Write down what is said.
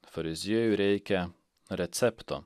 fariziejų reikia recepto